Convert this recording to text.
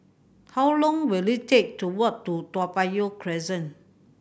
how long will it take to walk to Toa Payoh Crest